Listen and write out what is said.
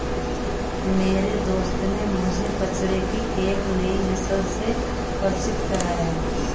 मेरे दोस्त ने मुझे बछड़े की एक नई नस्ल से परिचित कराया